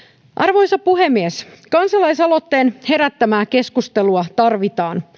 arvoisa puhemies kansalaisaloitteen herättämää keskustelua tarvitaan